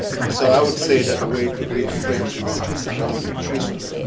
and so i would say that the way to really frame this is around nutrition,